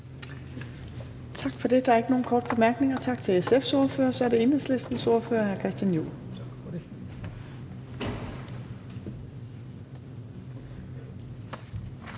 Tak for det. Der er ingen korte bemærkninger. Tak til SF's ordfører. Så er det Enhedslistens ordfører, hr. Christian Juhl. Kl.